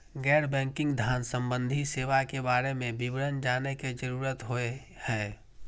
गैर बैंकिंग धान सम्बन्धी सेवा के बारे में विवरण जानय के जरुरत होय हय?